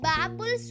Babul